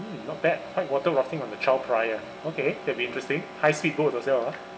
mm not bad white water rafting on the okay that'll be interesting high speed boat as well ah